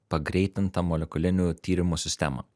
pagreitintą molekulinių tyrimų sistemą